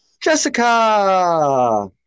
Jessica